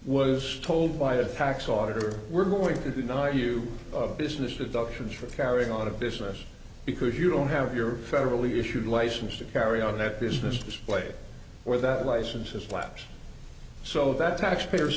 was told by a tax auditor we're going to deny you a business of doctrines for carrying on a business because you don't have your federally issued license to carry on that business display or that licenses lapse so that taxpayers